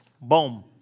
Boom